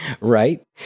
right